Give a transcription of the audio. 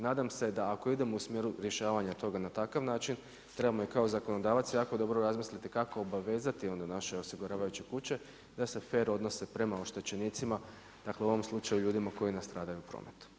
Nadam se da ako idemo u smjeru rješavanja toga na takav način trebamo i kao zakonodavac jako dobro razmisliti kako obavezati onda naše osiguravajuće kuće da se fer odnose prema oštetenicima dakle u ovom slučaju ljudima koji nastradaju u prometu.